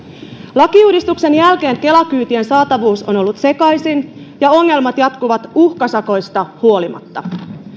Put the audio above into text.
lakiuudistuksen jälkeen kela kyytien saatavuus on ollut sekaisin ja ongelmat jatkuvat uhkasakoista huolimatta